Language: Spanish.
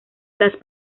las